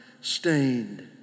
stained